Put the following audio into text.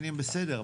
בסדר,